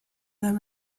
their